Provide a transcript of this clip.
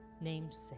namesake